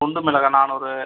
குண்டு மிளகா நானூறு